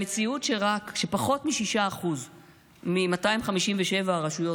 המציאות שבפחות מ-6% מ-257 רשויות,